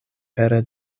pere